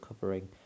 covering